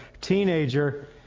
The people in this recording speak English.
teenager